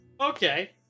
Okay